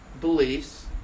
beliefs